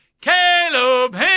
Caleb